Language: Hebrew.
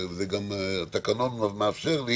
התקנון גם מאפשר לי